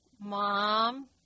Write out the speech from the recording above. Mom